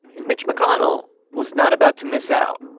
and mitch mcconnell was not about to miss out.